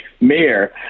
mayor